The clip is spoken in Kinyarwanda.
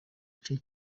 igice